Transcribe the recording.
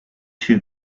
two